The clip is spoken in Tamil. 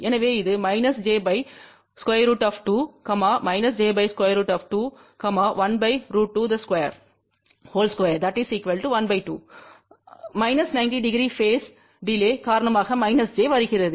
எனவே அது j √2 j √2 1 √22 1 2 900பேஸ் டிலேதின் காரணமாக j வருகிறது